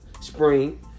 spring